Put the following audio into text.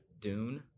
Dune